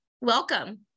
Welcome